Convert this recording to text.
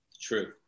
true